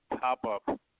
pop-up